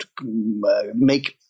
make